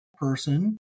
person